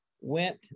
went